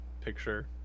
picture